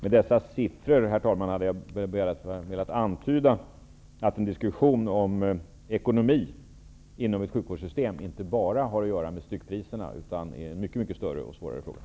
Med dessa siffror har jag velat antyda att en diskussion om ekonomin inom ett sjukvårdssystem inte bara har att göra med styckpriserna utan gäller mycket större och svårare frågor.